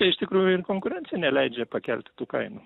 tai iš tikrųjų ir konkurencija neleidžia pakelti tų kainų